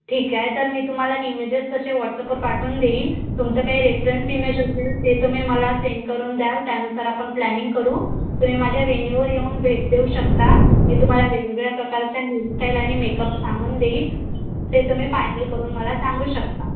ठीक आहे तर मी तुम्हाला इमेजेस तसे वॉट्सअपवर पाठवून देईल तुमचं काही रेफरन्स इमेज असेल ते तुम्ही मला सेंड करून द्याल त्यानुसार आपण प्लॅनिंग करू तुम्ही माझ्या वेन्यूवर येऊन भेट देऊ शकता मी तुम्हाला वेगवेगळ्या प्रकारच्या हेअरस्टाईल आणि मेकअप सांगून देईल ते तुम्ही फायनल करून मला सांगू शकता